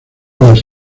las